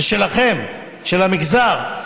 זה שלכם, של המגזר.